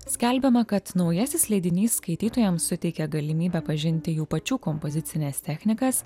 skelbiama kad naujasis leidinys skaitytojam suteikia galimybę pažinti jų pačių kompozicines technikas